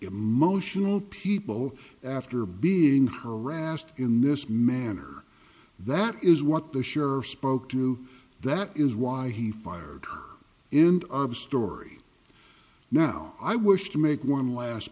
emotional people after being harassed in this manner that is what the share or spoke to that is why he fired her end of story now i wish to make one last